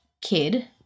kid